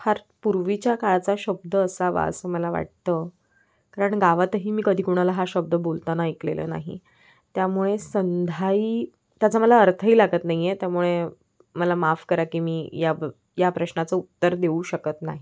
फार पूर्वीच्या काळचा शब्द असावा असं मला वाटतं कारण गावातही मी कधी कोणाला हा शब्द बोलताना ऐकलेलं नाही त्यामुळे संधाई त्याचा मला अर्थही लागत नाही आहे त्यामुळे मला माफ करा की मी या प या प्रश्नाचं उत्तर देऊ शकत नाही